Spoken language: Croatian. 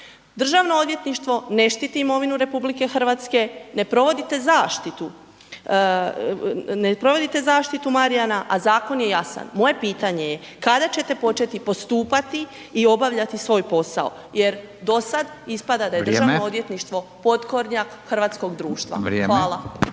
Državno odvjetništvo ne štiti imovinu RH, ne provodite zaštitu, ne provodite zaštitu Marjana, a zakon je jasan, moje pitanje je kada ćete početi postupati i obavljati svoj posao jer dosad ispada …/Upadica: Vrijeme/…da je državno odvjetništvo potkornjak hrvatskog društva.…/Upadica: